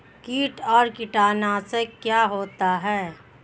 कीट और कीटनाशक क्या होते हैं?